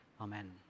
Amen